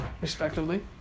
Respectively